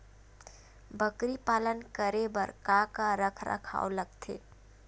बकरी पालन करे बर काका रख रखाव लगथे?